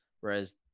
whereas